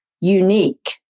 unique